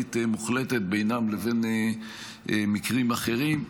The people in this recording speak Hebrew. בררנית מוחלטת בינם לבין מקרים אחרים.